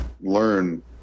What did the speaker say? learn